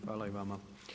Hvala i vama.